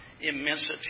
immensity